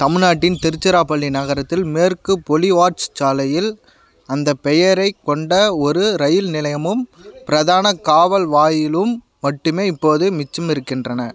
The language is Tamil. தமிழ்நாட்டின் திருச்சிராப்பள்ளி நகரத்தில் மேற்குப் பொலிவார்ட்ஸ் சாலையில் அந்த பெயரைக் கொண்ட ஒரு ரயில் நிலையமும் பிரதான காவல் வாயிலும் மட்டுமே இப்போது மிச்சமிருக்கின்றன